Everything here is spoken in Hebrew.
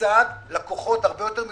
לצד לקוחות הרבה יותר מתוסכלים,